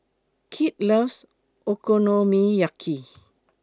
Kit loves Okonomiyaki